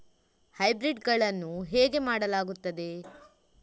Hybrid ಗಳನ್ನು ಹೇಗೆ ಮಾಡಲಾಗುತ್ತದೆ?